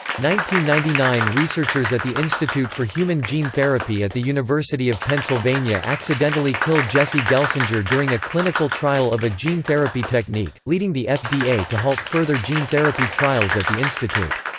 ninety ninety nine researchers at the institute for human gene therapy at the university of pennsylvania accidentally kill jesse gelsinger during a clinical trial of a gene therapy technique, leading the fda to halt further gene therapy trials at the institute.